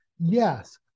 Yes